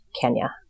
Kenya